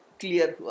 clear